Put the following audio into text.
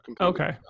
okay